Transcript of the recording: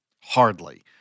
Hardly